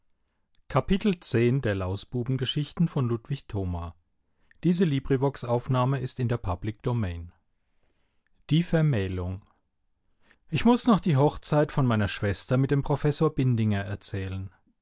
hat die vermählung ich muß noch die hochzeit von meiner schwester mit dem professor bindinger erzählen